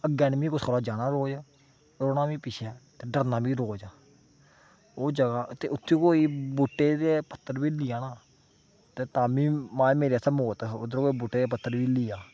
अग्गै निं में कुसै कोला जाना रोज ऐ रौंह्ना बी पिच्छै ते डरना बी रोज आं ओह् जगह् ते उत्थै कोई बूह्टे दे पत्तर बी हिल्ली जा न ते तां बी माए मेरे आस्तै मौत ऐ बूह्टे दे पत्तर बी हिल्ली जा